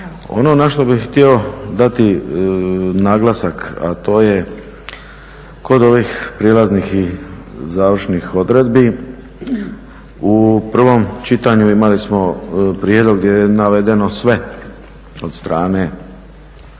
Ono na što bih htio dati naglasak, a to je kod ovih prijelaznih i završnih odredbi u prvom čitanju imali smo prijedlog gdje je navedeno sve od strane